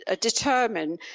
determine